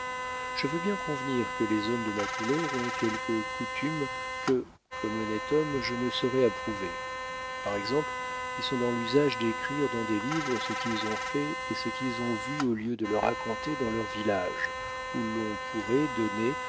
je veux bien convenir que les hommes de ma couleur ont quelques coutumes que comme honnête homme je ne saurais approuver par exemple ils sont dans l'usage d'écrire dans des livres ce qu'ils ont fait et ce qu'ils ont vu au lieu de le raconter dans leurs villages où l'on pourrait donner